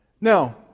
Now